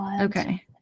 Okay